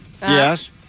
Yes